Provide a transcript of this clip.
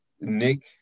Nick